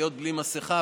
להיות בלי מסכה,